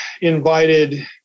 invited